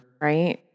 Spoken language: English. Right